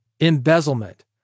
embezzlement